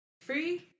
Free